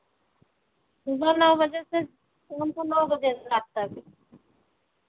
सुबह नौ बजे से शाम को नौ बजे रात तक